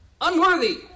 unworthy